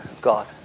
God